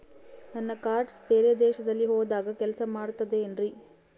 ನನ್ನ ಕಾರ್ಡ್ಸ್ ಬೇರೆ ದೇಶದಲ್ಲಿ ಹೋದಾಗ ಕೆಲಸ ಮಾಡುತ್ತದೆ ಏನ್ರಿ?